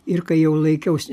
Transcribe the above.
ir kai jau laikiausi